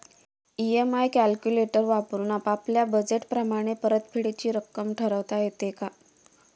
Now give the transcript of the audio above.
EMI calculator वापरून आपापल्या budget प्रमाणे परतफेडीची रक्कम ठरवता येते का?